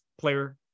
player